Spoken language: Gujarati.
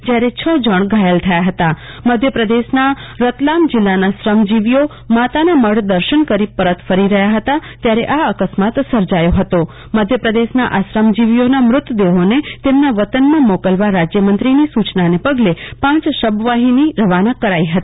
જયારે છ જણ ઘાયલ થયા હતા મધ્યપ્રદેશના રતલામ જિલ્લાના શ્રમજીવીઓ માતાનામઢ દર્શન કરી પરત ફરી રહ્યા હતા ત્યારે આ અકસ્માત સર્જાયો હતો મધ્યપ્રદેશના આ શ્રમજીવીઓના મૃતદેહોને તેમના વતનમાં મોકલવા રાજયમંત્રીની સુયનાને પગલે પાંચ શબવાહિની રવાના કરાઈ હતી